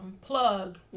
Plug